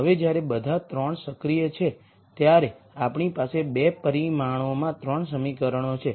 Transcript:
હવે જ્યારે બધા 3 સક્રિય છે ત્યારે આપણી પાસે 2 પરિમાણોમાં 3 સમીકરણો છે